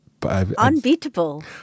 unbeatable